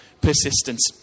persistence